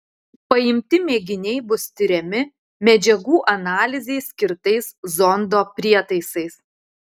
paimti mėginiai bus tiriami medžiagų analizei skirtais zondo prietaisais